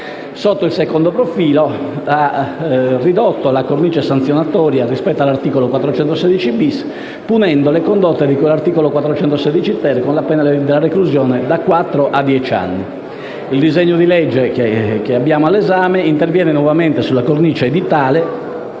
Sotto il secondo profilo, ha ridotto la cornice sanzionatoria rispetto all'articolo 416-*bis*, punendo le condotte di cui all'articolo 416-*ter* con la pena della reclusione da quattro a dieci anni. Il disegno di legge al nostro esame interviene nuovamente sulla cornice edittale,